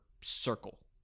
circle